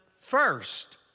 first